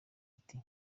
ati